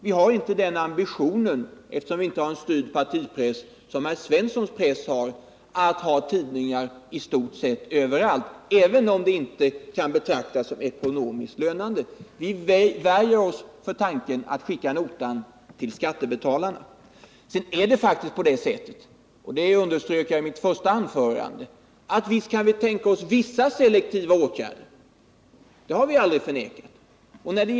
Vi har inte, eftersom vi inte har en styrd partipress, den ambitionen som herr Svenssons press har — att ha tidningar i stort sett överallt, även om det inte kan betraktas som ekonomiskt rimligt. Vi värjer oss för tanken att skicka notan till skattebetalarna. Det är emellertid på det sättet, vilket jag underströk i mitt första anförande, att vi kan tänka oss vissa selektiva åtgärder. Det har vi aldrig förnekat.